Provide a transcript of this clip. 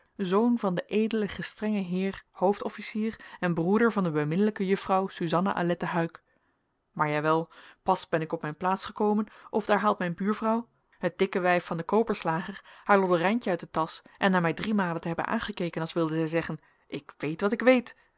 zoon van den ed gestr heer hoofdofficier en broeder van de beminnelijke juffrouw suzanna alette huyck maar jawel pas ben ik op mijn plaats gekomen of daar haalt mijn buurvrouw het dikke wijf van den koperslager haar loddereintje uit de tasch en na mij driemalen te hebben aangekeken als wilde zij zeggen ik weet wat ik weet